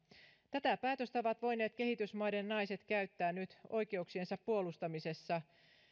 tätä päätöstä ovat voineet kehitysmaiden naiset käyttää nyt oikeuksiensa puolustamisessa